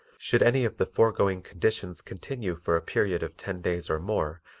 should any of the foregoing conditions continue for a period of ten days or more,